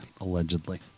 allegedly